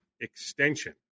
extension